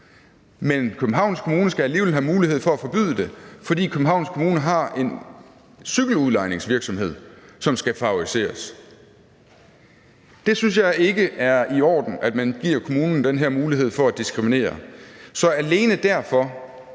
Men Københavns Kommune skal alligevel have mulighed for at forbyde det, fordi Københavns Kommune har en cykeludlejningsvirksomhed, som skal favoriseres. Jeg synes ikke, det er i orden, at man giver kommunerne den her mulighed for at diskriminere. Så alene derfor